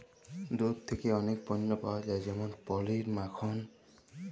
দুহুদ থ্যাকে অলেক পল্য পাউয়া যায় যেমল পলির, মাখল